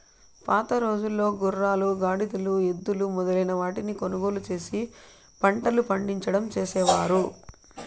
పాతరోజుల్లో గుర్రాలు, గాడిదలు, ఎద్దులు మొదలైన వాటిని కొనుగోలు చేసి పంటలు పండించడం చేసేవారు